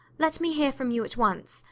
let me hear from you at once,